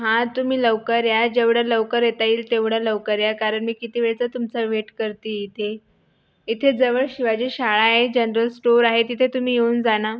हां तुम्ही लवकर या जेवढं लवकर येता येईल तेवढ्या लवकर या कारण मी किती वेळचं तुमचा वेट करते आहे इथे इथे जवळ शिवाजी शाळा आहे जनरल स्टोर आहे तिथे तुम्ही येऊन जा ना